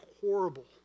horrible